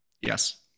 Yes